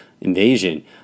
invasion